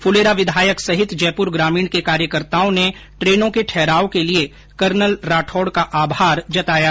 फलेरा विधायक सहित जयपुर ग्रामीण के कार्यकर्ताओं ने ट्रेनों के ठहराव के लिये कर्नल राठौड का आभार जताया है